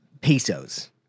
Pesos